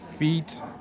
Feet